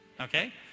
okay